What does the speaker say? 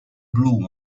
blue